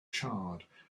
charred